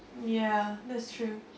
ya that's true